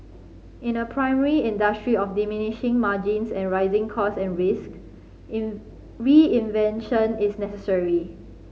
in a primary industry of diminishing margins and rising cost and risk in reinvention is necessary